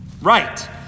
Right